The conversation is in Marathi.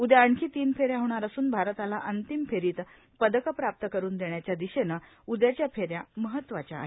उदया आणखी तीन फेऱ्या होणार असून भारताला अंतिम फेरीत पदक प्राप्त करून देण्याच्या दिशेनं उद्याच्या फेऱ्या महत्वाच्या आहेत